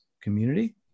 Community